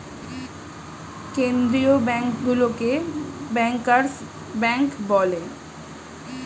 কেন্দ্রীয় ব্যাঙ্কগুলোকে bankers bank বলে